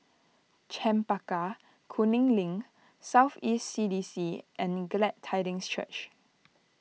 Chempaka Kuning Link South East C D C and Glad Tidings Church